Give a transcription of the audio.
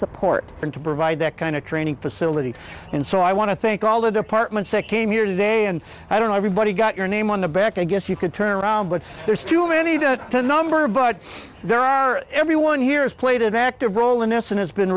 and to provide that kind of training facility and so i want to thank all the departments that came here today and i don't know everybody got your name on the back i guess you could turn around but there's too many to the number but there are everyone here is played an active role in essence has been